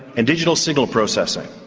and digital signal processing.